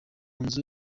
nzu